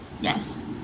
yes